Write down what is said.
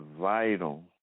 vital